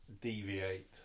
Deviate